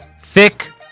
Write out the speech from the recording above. thick